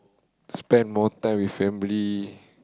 spend more time with family